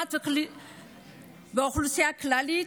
לעומת האוכלוסייה הכללית,